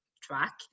track